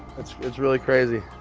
it's it's really crazy.